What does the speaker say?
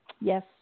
yes